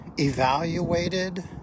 evaluated